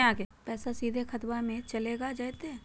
पैसाबा सीधे खतबा मे चलेगा जयते?